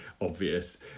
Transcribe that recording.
obvious